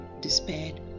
despaired